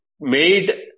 made